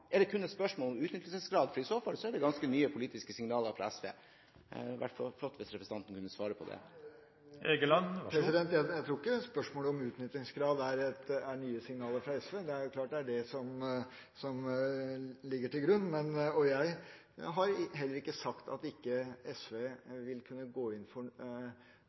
spørsmål om utnyttelsesgrad? I så fall er det ganske nye politiske signaler fra SV. Det hadde vært flott hvis representanten kunne svare på det. Jeg tror ikke spørsmålet om utnyttingsgrad er nye signaler fra SV – det er klart det er det som ligger til grunn. Jeg har heller ikke sagt at ikke SV vil kunne gå inn for